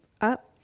up